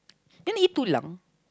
then eat too long